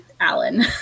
alan